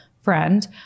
friend